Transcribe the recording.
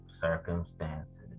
circumstances